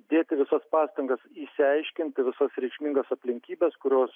dėti visas pastangas išsiaiškinti visas reikšmingas aplinkybes kurios